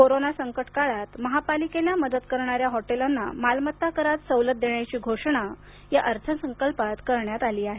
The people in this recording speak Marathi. कोरोना संकट काळात महापालिकेला मदत करणाऱ्या हॉटेलांना मालमत्ता करात सवलत देण्याची घोषणा या अर्थसंकल्पात केली आहे